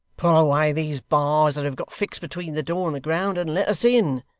pull away these bars that have got fixed between the door and the ground and let us in